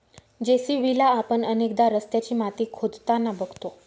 JCB ला आपण अनेकदा रस्त्याची माती खोदताना बघतो